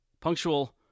punctual